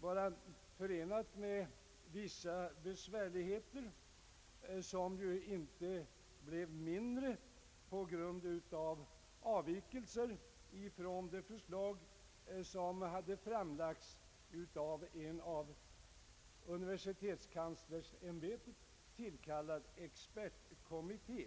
vara förenat med vissa besvärligheter, vilka inte blev mindre genom avvikelser från det förslag som framlagts av universitetskanslersämbetets expertkommitté.